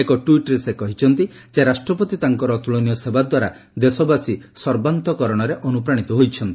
ଏକ ଟ୍ୱିଟ୍ରେ ସେ କହିଛନ୍ତି ଯେ ରାଷ୍ଟ୍ର ପ୍ରତି ତାଙ୍କର ଅତୁଳନୀୟ ସେବା ଦ୍ୱାରା ଦେଶବାସୀ ସର୍ବାନ୍ତକରଣରେ ଅନୁପ୍ରାଣିତ ହୋଇଛନ୍ତି